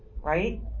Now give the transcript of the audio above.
right